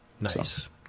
Nice